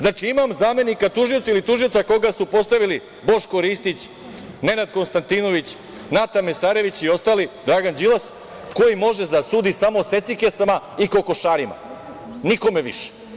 Znači, imam zamenika tužilaca ili tužioca koga su postavili Boško Ristić, Nenad Konstantinović, Nata Mesarević i ostali, Dragan Đilas, koji može da sudi samo secikesama i kokošarima, nikome više.